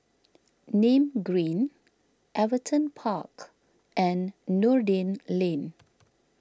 Nim Green Everton Park and Noordin Lane